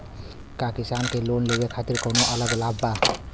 का किसान के लोन लेवे खातिर कौनो अलग लाभ बा?